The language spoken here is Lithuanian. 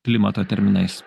klimato terminais